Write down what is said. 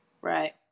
Right